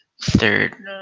third